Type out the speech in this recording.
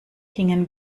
hingen